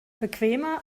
bequemer